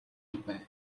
бай